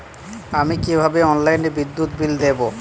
আমি কিভাবে অনলাইনে বিদ্যুৎ বিল দেবো?